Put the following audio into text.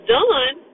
done